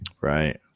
right